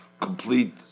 complete